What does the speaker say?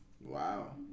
Wow